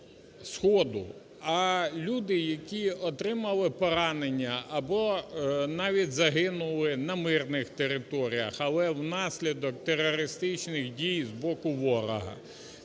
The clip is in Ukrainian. а люди, які отримали поранення або навіть загинули на мирних територіях, але внаслідок терористичних дій з боку ворога.